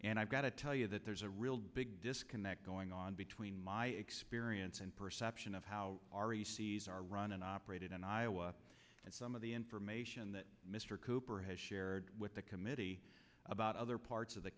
and i got to tell you that there's a real big disconnect going on between my experience and perception of how our e c s are run and operated in iowa and some of the information that mr cooper has shared with the committee about other parts of the